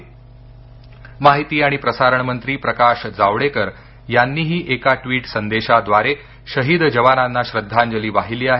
करगिल जावडेकर व भाजपा माहिती आणि प्रसारण मंत्री प्रकाश जावडेकर यांनीही एका ट्विट संदेशाद्वारे शहीद जवानांना श्रद्धांजली वाहिली आहे